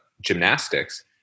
gymnastics